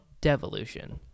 devolution